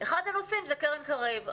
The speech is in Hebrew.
אחד הנושאים הוא קרן קרב,